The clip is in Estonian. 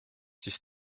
siis